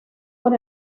por